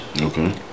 Okay